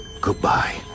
goodbye